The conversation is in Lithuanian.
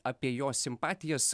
apie jo simpatijas